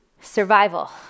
Survival